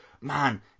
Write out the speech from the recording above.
Man